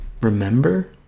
remember